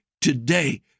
today